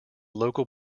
local